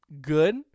good